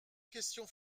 questions